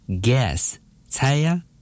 Guess,猜呀